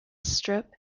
strip